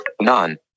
none